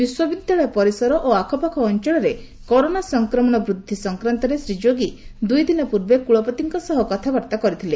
ବିଶ୍ୱବିଦ୍ୟାଳୟ ପରିସର ଓ ଆଖପାଖ ଅଞ୍ଚଳରେ କରୋନା ସଂକ୍ରମଣ ବୃଦ୍ଧି ସଂକ୍ରାନ୍ତରେ ଶ୍ରୀ ଯୋଗୀ ଦୁଇଦିନ ପୂର୍ବେ କୁଳପତିଙ୍କ ସହ କଥାବାର୍ତ୍ତା କରିଥିଲେ